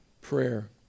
prayer